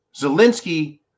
Zelensky